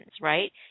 right